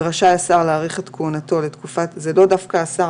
ורשאי השר זה לאו דווקא השר,